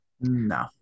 no